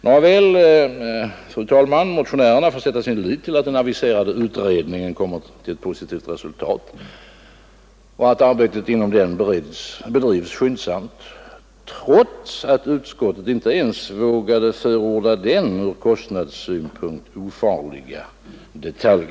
Nåväl, fru talman, motionärerna får sätta sin lit till att den aviserade utredningen kommer till ett positivt resultat och att arbetet inom den bedrivs skyndsamt, trots att utskottet inte ens vågade förorda denna ur kostnadssynpunkt ofarliga detalj.